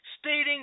stating